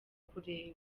kureba